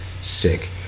Sick